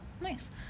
nice